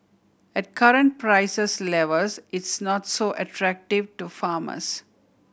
at current prices levels it's not so attractive to farmers